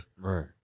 Right